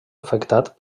afectat